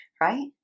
right